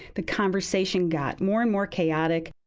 the conversation got more and more chaotic.